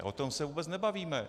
A o tom se vůbec nebavíme.